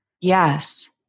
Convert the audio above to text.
Yes